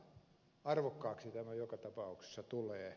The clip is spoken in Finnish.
mutta arvokkaaksi tämä joka tapauksessa tulee